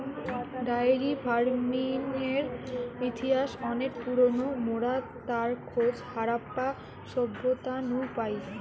diary ফার্মিংয়ের ইতিহাস অনেক পুরোনো, মোরা তার খোঁজ হারাপ্পা সভ্যতা নু পাই